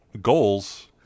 goals